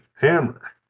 hammer